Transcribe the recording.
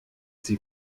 sie